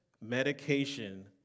medication